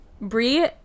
Brie